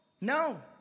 No